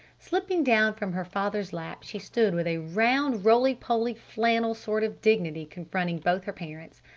slipping down from her father's lap she stood with a round, roly-poly flannel sort of dignity confronting both her parents.